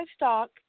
livestock